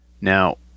Now